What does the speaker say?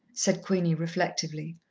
said queenie reflectively.